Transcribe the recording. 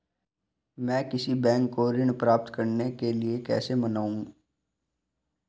मैं किसी बैंक को ऋण प्राप्त करने के लिए कैसे मनाऊं?